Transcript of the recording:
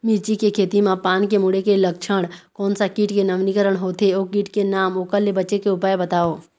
मिर्ची के खेती मा पान के मुड़े के लक्षण कोन सा कीट के नवीनीकरण होथे ओ कीट के नाम ओकर ले बचे के उपाय बताओ?